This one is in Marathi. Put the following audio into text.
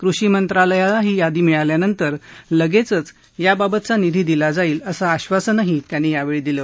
कृषी मंत्रालयाला ही यादी मिळाल्यानंतर लगेचच याबाबतचा निधी दिला जाईल असं आश्वासनही त्यांनी यावेळी दिलं